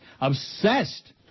Obsessed